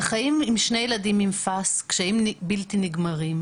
"החיים עם שני ילדים עם פאסד כוללים קשיים בלתי נגמרים,